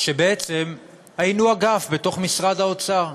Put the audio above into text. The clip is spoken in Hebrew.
שבעצם היינו אגף בתוך משרד האוצר,